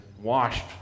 washed